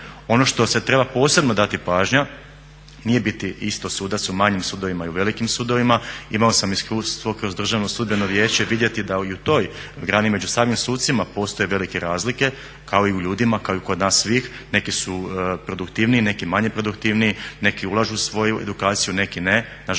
Ono što se treba posebno dati pažnja, nije biti isto sudac u manjim sudovima i u velikim sudovima. Imao sam iskustvo kroz Državno sudbeno vijeće vidjeti da i u toj grani među samim sucima postoje velike razlike kao i u ljudima, kao i kod nas svih, neki su produktivniji, neki manje produktivniji, neki ulažu u svoju edukaciju, neki ne, nažalost